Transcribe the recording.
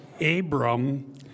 Abram